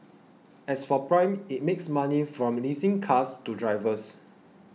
as for Prime it makes money from leasing cars to drivers